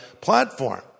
platform